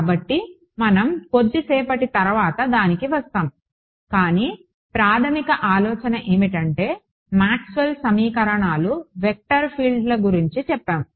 కాబట్టి మనం కొద్దిసేపటి తర్వాత దానికి వస్తాము కానీ ప్రాథమిక ఆలోచన ఏమిటంటే మాక్స్వెల్ సమీకరణాలు వెక్టర్ ఫీల్డ్ల గురించి చెప్పాము